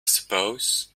suppose